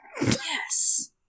Yes